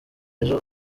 ejo